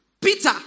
Peter